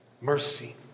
mercy